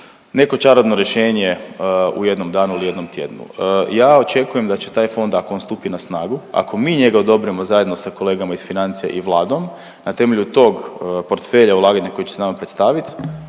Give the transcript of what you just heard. neko čarobno rješenje u jednom danu ili u jednom tjednu. Ja očekujem da će taj fond ako on stupi na snagu, ako mi njega odobrimo zajedno sa kolegama iz financija i Vladom, na temelju tog portfelja ulaganja koji će se nama predstavit,